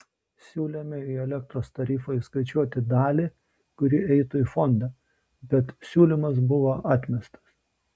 siūlėme į elektros tarifą įskaičiuoti dalį kuri eitų į fondą bet siūlymas buvo atmestas